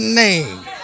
name